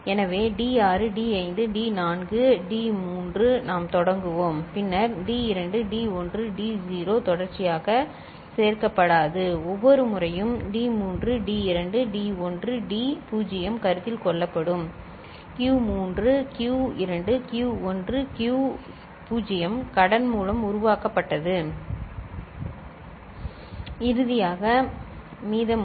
எனவே T 6 T 5 T 4 T 3 நாம் தொடங்குவோம் பின்னர் டி 2 டி 1 டி 0 தொடர்ச்சியாக சேர்க்கப்படாது ஒவ்வொரு முறையும் டி 3 டி 2 டி 1 டி 0 கருத்தில் கொள்ளப்படும் q3 q2 q1 q0 கடன் மூலம் உருவாக்கப்பட்டது இறுதியாக மீதமுள்ளவை அங்கே சரி